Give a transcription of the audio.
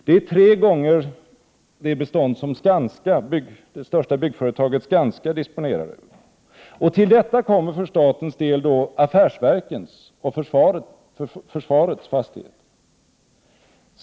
Det är tre gånger så mycket som det bestånd som det största byggföretaget Skanska disponerar över. Till detta kommer för statens del affärsverkens och försvarets fastigheter.